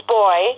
boy